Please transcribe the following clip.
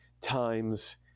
times